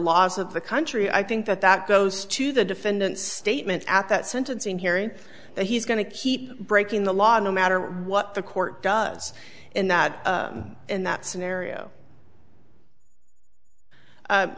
laws of the country i think that that goes to the defendant's statement at that sentencing hearing that he's going to keep breaking the law no matter what the court does and that in that scenario